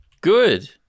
Good